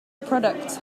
products